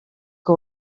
que